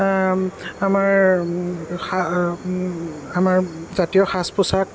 আমাৰ সা আমাৰ জাতীয় সাজ পোছাক